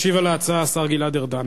ישיב על ההצעה השר גלעד ארדן.